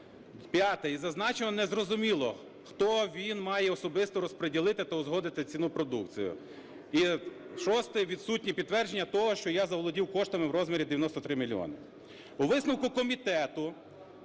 п'яте – із зазначеного не зрозуміло, хто він має особисто розприділити та узгодити ціну продукції, і шосте – відсутні підтвердження того, що я заволодів коштами в розмірі 93 мільйони. У висновку комітету